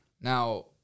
Now